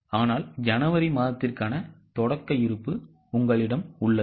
ஆனால் ஜனவரி மாதத்திற்கான தொடக்க இருப்பு உங்களிடம் உள்ளது